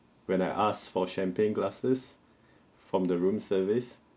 when I asked for champagne glasses from the room service